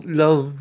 love